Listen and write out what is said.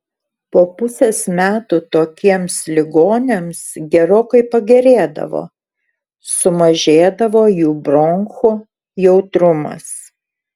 po pusės metų tokiems ligoniams gerokai pagerėdavo sumažėdavo jų bronchų jautrumas